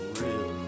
real